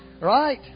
right